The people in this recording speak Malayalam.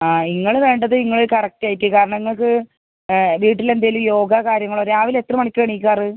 ആ നിങ്ങള് വേണ്ടത് നിങ്ങള് കറക്ട് ആയിട്ട് കാരണം നിങ്ങൾക്ക് വീട്ടിൽ എന്തേലും യോഗ കാര്യങ്ങളോ രാവിലെ എത്ര മണിക്കാണ് എണീക്കാറ്